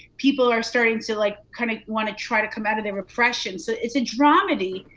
people are starting to like kind of wanna try to come out of their repression so it's a dromedy.